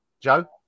Joe